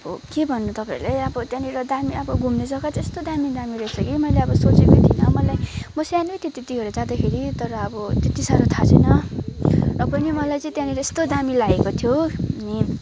अब के भन्नु तपाईँहरूलाई अब त्यहाँनिर दामी अब घुम्ने जगा चाहिँ यस्तो दामी दामी रहेछ कि मैले अब सोचेकै थिइनँ मलाई म सानै थिएँ त्यतिखेर जाँदाखेरि तर अब त्यति साह्रो थाहा छैन र पनि मलाई चाहिँ त्यहाँनिर यस्तो दामी लागेको थियो अनि